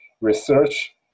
research